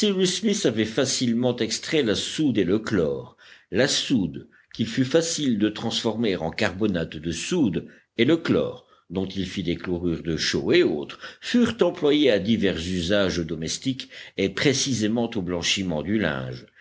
avait facilement extrait la soude et le chlore la soude qu'il fut facile de transformer en carbonate de soude et le chlore dont il fit des chlorures de chaux et autres furent employés à divers usages domestiques et précisément au blanchiment du linge